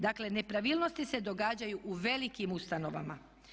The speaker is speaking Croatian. Dakle nepravilnosti se događaju u velikim ustanovama.